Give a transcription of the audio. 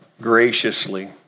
graciously